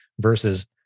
versus